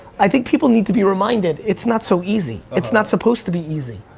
i think people need to be reminded it's not so easy. it's not supposed to be easy.